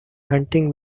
hunting